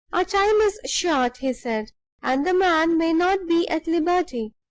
our time is short, he said and the man may not be at liberty.